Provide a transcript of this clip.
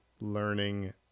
learning